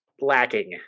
lacking